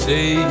Say